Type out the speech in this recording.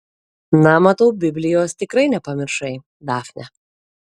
na matau biblijos tikrai nepamiršai dafne